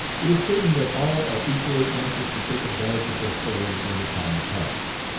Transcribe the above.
it is certain that all are equally anxious to take advantage of their furlough when the time comes.